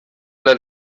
del